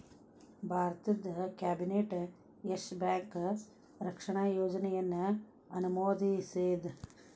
ಭಾರತದ್ cabinet Yes Bank ರಕ್ಷಣಾ ಯೋಜನೆಯನ್ನ ಅನುಮೋದಿಸೇದ್